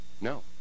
No